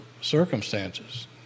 circumstances